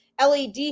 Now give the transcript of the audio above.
LED